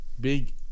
Big